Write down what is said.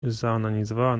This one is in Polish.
zaonanizowała